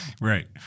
right